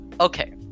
okay